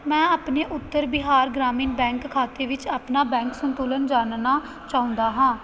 ਮੈਂ ਆਪਣੇ ਉੱਤਰ ਬਿਹਾਰ ਗ੍ਰਾਮੀਣ ਬੈਂਕ ਖਾਤੇ ਵਿੱਚ ਆਪਣਾ ਬੈਂਕ ਸੰਤੁਲਨ ਜਾਣਨਾ ਚਾਹੁੰਦਾ ਹਾਂ